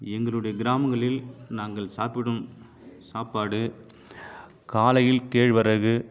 எங்களுடைய கிராமங்களில் நாங்கள் சாப்பிடும் சாப்பாடு காலையில் கேழ்வரகு